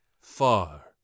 Far